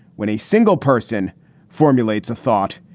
when a single person formulates a thought.